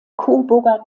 coburger